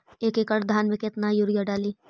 एक एकड़ धान मे कतना यूरिया डाली?